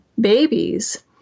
babies